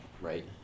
Right